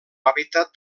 hàbitat